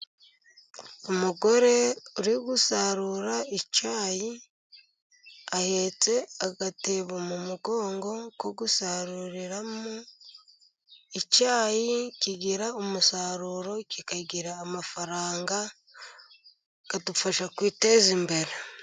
Umugore uri gusarura icyayi, ahetse agatebo mu mugongo ko gusaruriramo, icyayi kigira umusaruro, kikagira amafaranga, akadufasha kwiteza imbere.